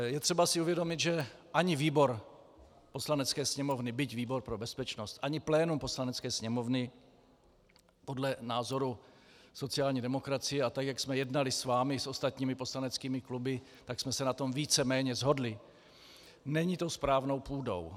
Je třeba si uvědomit, že ani výbor Poslanecké sněmovny, byť výbor pro bezpečnost, ani plénum Poslanecké sněmovny podle názoru sociální demokracie, a tak jak jsme jednali s vámi i s ostatními poslaneckými kluby, tak jsme se na tom víceméně shodli, není tou správnou půdou.